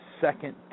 second